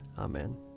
Amen